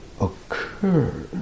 occur